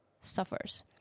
suffers